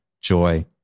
joy